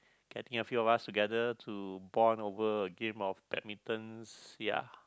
getting a few of us together to bond over a game of badminton ya